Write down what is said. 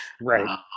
Right